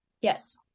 Yes